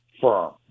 firm